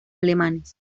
alemanes